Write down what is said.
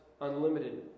unlimited